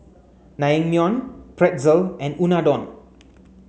Naengmyeon Pretzel and Unadon